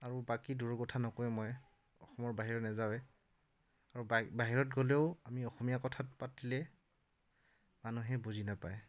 আৰু বাকী দূৰৰ কথা নকওঁৱে মই অসমৰ বাহিৰলে নেযাওঁয়েই আৰু বাহিৰত গ'লেও আমি অসমীয়া কথা পাতিলে মানুহে বুজি নাপায়